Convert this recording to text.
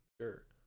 Sure